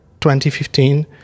2015